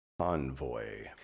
Convoy